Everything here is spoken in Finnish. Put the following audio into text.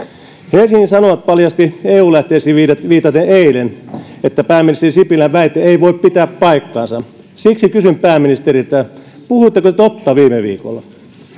helsingin sanomat paljasti eu lähteisiin viitaten viitaten eilen että pääministeri sipilän väite ei voi pitää paikkaansa siksi kysyn pääministeriltä puhuitteko te totta viime viikolla